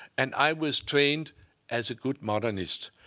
and i was trained as a good modernist.